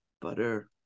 butter